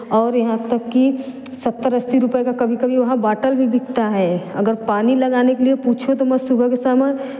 और यहाँ तक कि सत्तर अस्सी रुपय का कभी कभी वहाँ बाटल भी बिकता है अगर पानी लगाने के लिए पूछो तो सुबह के समय